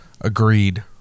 Agreed